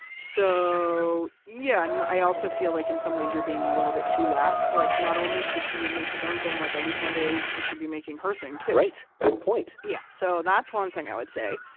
so, yeah. and i also feel, like in some ways you're being a little bit too lax. like, not only should he make his own thing, like at least one day a week, he should be making her thing too right, good point yeah. so that's one thing i would say.